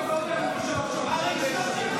ואתם, אתם, כן,